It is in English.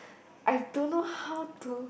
I don't know how to